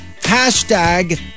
Hashtag